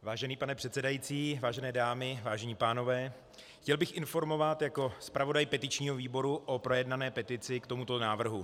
Vážený pane předsedající, vážené dámy, vážení pánové, chtěl bych informovat jako zpravodaj petičního výboru o projednané petici k tomuto návrhu.